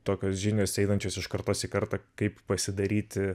tokios žinios einančios iš kartos į kartą kaip pasidaryti